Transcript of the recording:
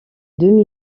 demi